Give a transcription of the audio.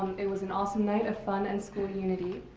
it was an awesome night of fun and school unity.